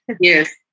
yes